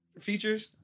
features